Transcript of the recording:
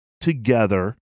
together